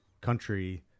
country